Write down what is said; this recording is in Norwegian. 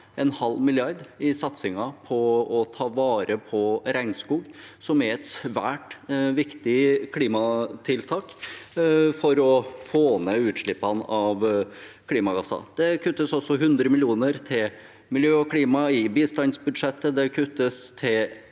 en halv milliard i satsingen på å ta vare på regnskog, som er et svært viktig klimatiltak for å få ned utslippene av klimagasser. Det kuttes også 100 mill. kr til miljø og klima i bistandsbudsjettet. Det kuttes til